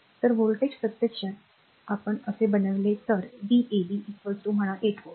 तर व्होल्टेज प्रत्यक्षात जर आपण असे बनवले तर v a b म्हणा 8 व्होल्ट